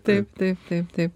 taip taip taip taip